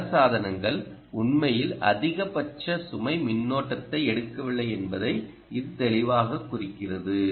பல சாதனங்கள் உண்மையில் அதிகபட்ச சுமை மின்னோட்டத்தை எடுக்கவில்லை என்பதை இது தெளிவாகக் குறிக்கிறது